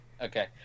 Okay